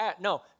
No